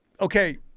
Okay